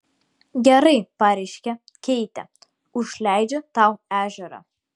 gerai pareiškė keitė užleidžiu tau ežerą